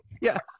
yes